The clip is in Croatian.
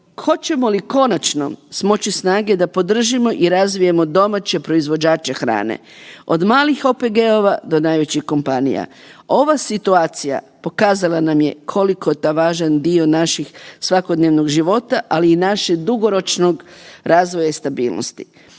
Hoćemo li konačno smoći snage da podržimo i razvijemo domaće proizvođače hrane, od malih OPG-ova do najvećih kompanija? Ova situacija pokazala nam je koliko je to važan dio naših svakodnevnog života, ali i našeg dugoročnog razvoja i stabilnosti.